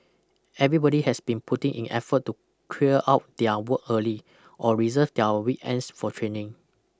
everybody has been putting in effort to clear out their work early or reserve their weekends for training